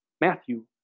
Matthew